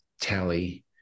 Tally